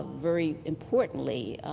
very importantly,